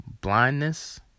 Blindness